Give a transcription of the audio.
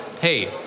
hey